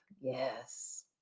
Yes